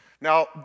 Now